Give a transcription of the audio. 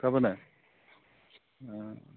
गाबोनो